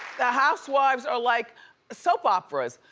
the housewives are like soap operas.